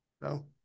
No